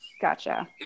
Gotcha